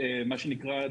מה שנקרא,